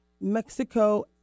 Mexico